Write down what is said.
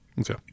Okay